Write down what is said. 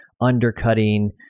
undercutting